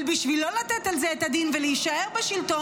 אבל בשביל לא לתת על זה את הדין ולהישאר בשלטון